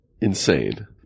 insane